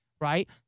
right